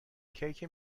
کیک